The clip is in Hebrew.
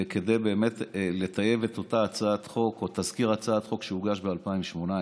כדי לטייב את אותה הצעת חוק או תזכיר הצעת חוק שהוגש ב-2018.